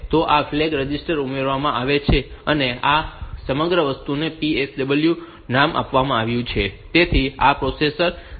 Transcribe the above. તો આ flag register ઉમેરવામાં આવે છે અને આ સમગ્ર વસ્તુને PSW નામ આપવામાં આવ્યું છે તેથી આ પ્રોસેસર સ્ટેટસ વર્લ્ડ અથવા PSW છે